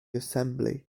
assembly